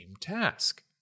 task